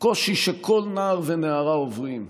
קושי שכל נער ונערה עוברים,